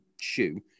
shoe